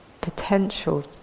potential